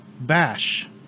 Bash